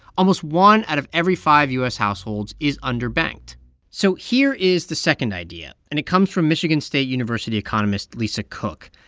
almost one out of every five u s. households is underbanked so here is the second idea, and it comes from michigan state university economist lisa cook.